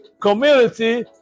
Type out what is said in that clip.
community